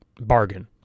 bargain